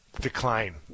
decline